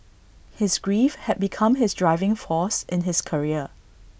his grief had become his driving force in his career